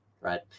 right